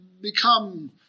become